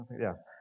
Yes